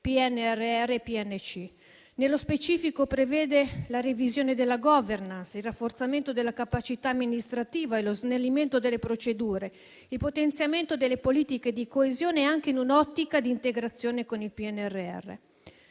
PNRR e al PNC. Nello specifico prevede la revisione della *governance,* il rafforzamento della capacità amministrativa e lo snellimento delle procedure, il potenziamento delle politiche di coesione anche in un'ottica di integrazione con il PNRR.